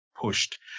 pushed